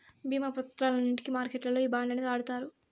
భీమా పత్రాలన్నింటికి మార్కెట్లల్లో ఈ బాండ్లనే వాడుతారు